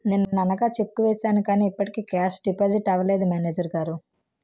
నిన్ననగా చెక్కు వేసాను కానీ ఇప్పటికి కేషు డిపాజిట్ అవలేదు మేనేజరు గారు